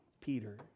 Peter